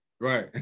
right